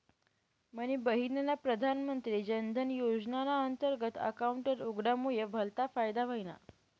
मनी बहिनना प्रधानमंत्री जनधन योजनाना अंतर्गत अकाउंट उघडामुये भलता फायदा व्हयना